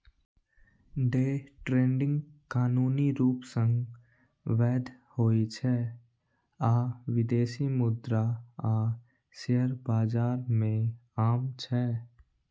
day trading कानूनी रूप सं वैध होइ छै आ विदेशी मुद्रा आ शेयर बाजार मे आम छै